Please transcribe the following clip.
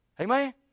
amen